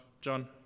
John